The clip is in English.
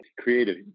creative